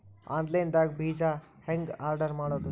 Online ದಾಗ ಬೇಜಾ ಹೆಂಗ್ ಆರ್ಡರ್ ಮಾಡೋದು?